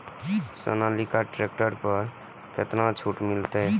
Sonalika tractor पर केतना छूट मिलते?